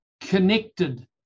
connected